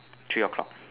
three o'clock